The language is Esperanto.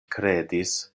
kredis